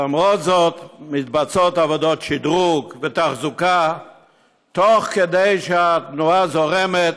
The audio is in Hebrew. למרות זאת מתבצעות עבודות שדרוג ותחזוקה תוך כדי שהתנועה זורמת,